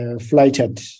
flighted